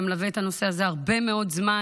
אתה מלווה את הנושא הזה הרבה מאוד זמן,